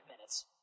minutes